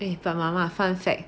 eh fun fact